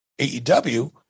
AEW